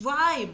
שבועיים,